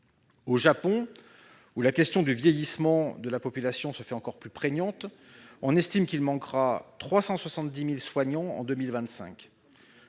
Au Japon, où la question du vieillissement de la population se fait encore plus prégnante, on estime qu'il manquera 370 000 soignants en 2025.